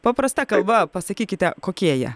paprasta kalba pasakykite kokie jie